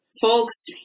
Folks